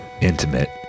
intimate